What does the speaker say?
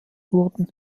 wurden